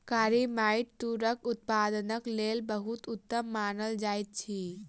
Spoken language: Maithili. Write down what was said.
कारी माइट तूरक उत्पादनक लेल बहुत उत्तम मानल जाइत अछि